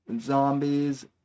zombies